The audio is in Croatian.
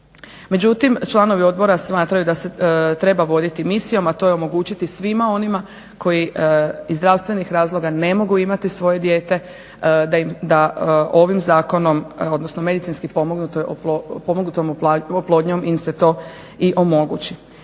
Međutim, članovi odbora smatraju da se treba voditi misijom, a to je omogućiti svima onima koji iz zdravstvenih razloga ne mogu imati svoje dijete da ovim zakonom odnosno medicinskim pomognutom oplodnjom im se to i omogući.